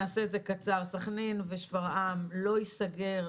נעשה את זה קצר: סכנין ושפרעם לא ייסגר,